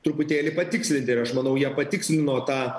truputėlį patikslinti ir aš manau jie patikslino tą